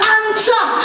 answer